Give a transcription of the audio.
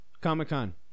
Comic-Con